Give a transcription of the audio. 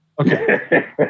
Okay